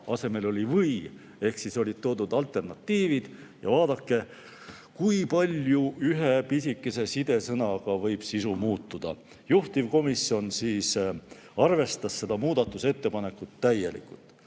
asemel sõna "või" ehk olid toodud alternatiivid. Nii et vaadake, kui palju ühe pisikese sidesõnaga võib sisu muutuda. Juhtivkomisjon arvestas seda muudatusettepanekut täielikult.